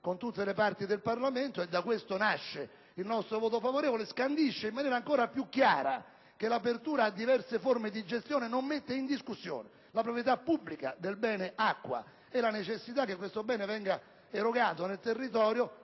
rappresentate in Parlamento (e da questo nasce il nostro voto favorevole), scandisce in maniera ancor più chiara che l'apertura a diverse forme di gestione non mette in discussione la proprietà pubblica del bene acqua e la necessità che esso venga erogato nel territorio